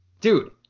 Dude